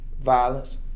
violence